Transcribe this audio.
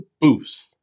Booth